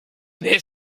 their